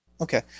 Okay